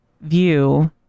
view